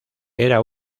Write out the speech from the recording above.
era